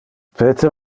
peter